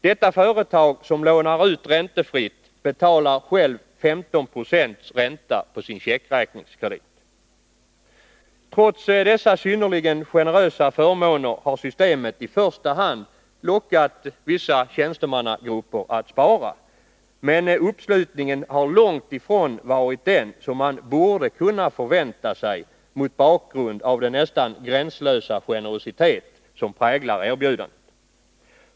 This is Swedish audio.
Detta företag, som lånar ut pengar räntefritt, betalar självt 15 26 ränta på sin checkräkningskredit. Trots dessa synnerligen generösa förmåner har systemet i första hand lockat vissa tjänstemannagrupper att spara, men uppslutningen har långt ifrån varit den som man borde ha kunnat förvänta sig mot bakgrund av den nästan gränslösa generositet som präglar erbjudandet.